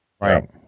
Right